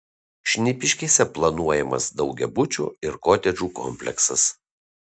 šnipiškėse planuojamas daugiabučio ir kotedžų kompleksas